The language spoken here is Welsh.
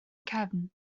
cefn